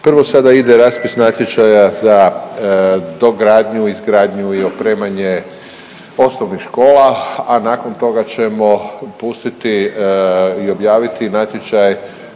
Prvo sada ide raspis natječaja za dogradnju, izgradnju i opremanje osnovnih škola, a nakon toga ćemo pustiti i objaviti natječaj